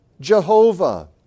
Jehovah